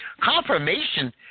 confirmation